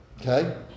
Okay